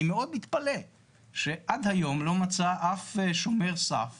מאוד מתפלא שעד היום לא מצא אף שומר סף